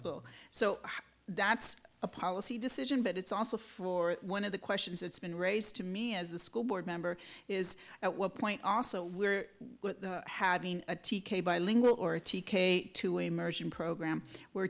l so that's a policy decision but it's also for one of the questions it's been raised to me as the school board member is at one point also we're having a t k bilingual or a t k two a merging program where